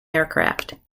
aircraft